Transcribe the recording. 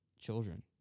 children